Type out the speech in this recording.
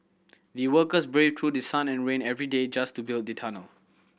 the workers braved through the sun and rain every day just to build the tunnel